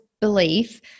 belief